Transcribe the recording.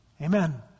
Amen